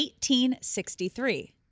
1863